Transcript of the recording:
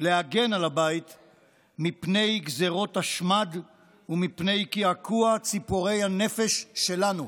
להגן על הבית מפני גזרות השמד ומפני קעקוע ציפורי הנפש שלנו.